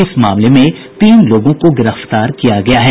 इस मामले में तीन लोगों को गिरफ्तार किया गया है